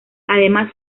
además